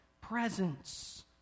presence